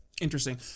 Interesting